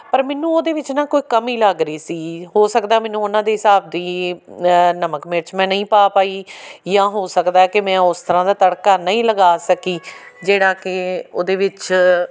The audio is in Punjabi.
ਪਰ ਮੈਨੂੰ ਉਹਦੇ ਵਿੱਚ ਨਾ ਕੋਈ ਕਮੀ ਲੱਗ ਰਹੀ ਸੀ ਹੋ ਸਕਦਾ ਮੈਨੂੰ ਉਹਨਾਂ ਦੇ ਹਿਸਾਬ ਦੀ ਨਮਕ ਮਿਰਚ ਮੈਂ ਨਹੀਂ ਪਾ ਪਾਈ ਜਾਂ ਹੋ ਸਕਦਾ ਕਿ ਮੈਂ ਉਸ ਤਰ੍ਹਾਂ ਦਾ ਤੜਕਾ ਨਹੀਂ ਲਗਾ ਸਕੀ ਜਿਹੜਾ ਕਿ ਉਹਦੇ ਵਿੱਚ